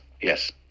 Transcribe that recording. yes